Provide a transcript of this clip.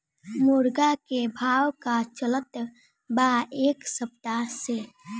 मुर्गा के भाव का चलत बा एक सप्ताह से?